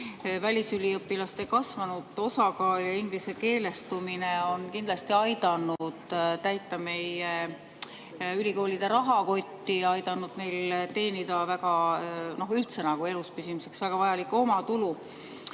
välisüliõpilaste kasvanud osakaal ja inglisekeelestumine on kindlasti aidanud täita meie ülikoolide rahakotti, aidanud neil üldse teenida eluspüsimiseks väga vajalikku omatulu.